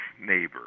neighbor